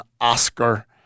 Oscar